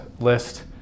list